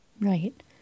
Right